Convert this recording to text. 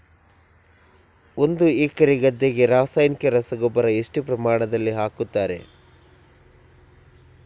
ಒಂದು ಎಕರೆ ಗದ್ದೆಗೆ ರಾಸಾಯನಿಕ ರಸಗೊಬ್ಬರ ಎಷ್ಟು ಪ್ರಮಾಣದಲ್ಲಿ ಹಾಕುತ್ತಾರೆ?